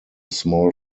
small